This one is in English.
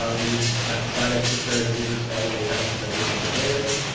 ah we've decided to carry the louvers all the way down to the base of the building,